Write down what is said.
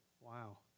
Wow